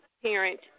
parent